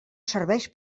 serveix